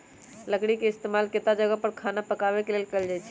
लकरी के इस्तेमाल केतता जगह पर खाना पकावे मे कएल जाई छई